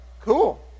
cool